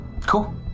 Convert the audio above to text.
cool